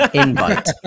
invite